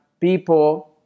people